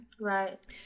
Right